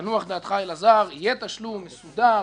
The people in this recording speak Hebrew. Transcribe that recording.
תנוח דעתך, אלעזר, יהיה תשלום מסודר